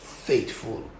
faithful